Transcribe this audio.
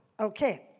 okay